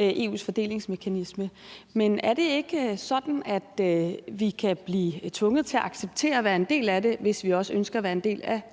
EU's fordelingsmekanisme. Men er det ikke sådan, at vi kan blive tvunget til at acceptere at være en del af den, hvis vi også ønsker at være en del af